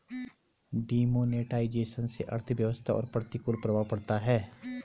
demonetisation से अर्थव्यवस्था पर प्रतिकूल प्रभाव पड़ता है